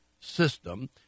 system